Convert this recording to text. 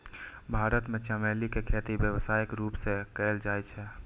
भारत मे चमेली के खेती व्यावसायिक रूप सं कैल जाइ छै